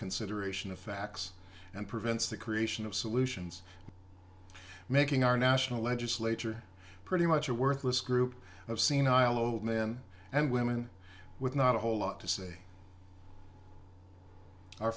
consideration of facts and prevents the creation of solutions making our national legislature pretty much a worthless group of senile old men and women with not a whole lot to say our